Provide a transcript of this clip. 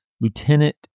Lieutenant